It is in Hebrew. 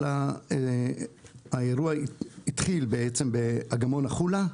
האירוע התחיל בעצם באגמון החולה,